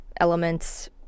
elements